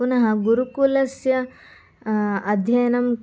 पुनः गुरुकुलस्य अध्ययनं